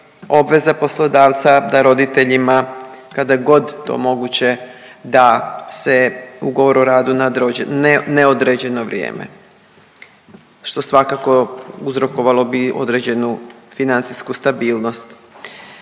obveze poslodavca da roditeljima kada god to moguće da se ugovor o radu na neodređeno vrijeme, što svakako, uzrokovalo bi određenu financijsku stabilnost.